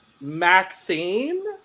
Maxine